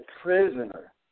prisoner